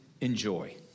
enjoy